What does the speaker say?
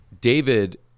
david